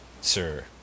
sir